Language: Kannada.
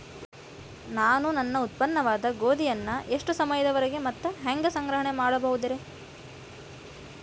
ನಾನು ನನ್ನ ಉತ್ಪನ್ನವಾದ ಗೋಧಿಯನ್ನ ಎಷ್ಟು ಸಮಯದವರೆಗೆ ಮತ್ತ ಹ್ಯಾಂಗ ಸಂಗ್ರಹಣೆ ಮಾಡಬಹುದುರೇ?